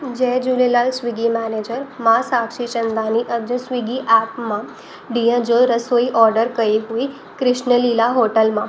जय Jhulelal Swiggy manager मां साक्षी चंदानी अॼु Swiggy app मां ॾींहं जो रसोई ऑडर कई हुई कृष्ण लीला होटल मां